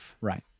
Right